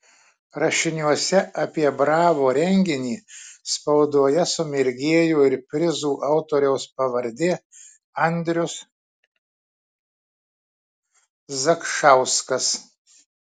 rašiniuose apie bravo renginį spaudoje sumirgėjo ir prizų autoriaus pavardė andrius zakšauskas